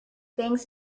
thanks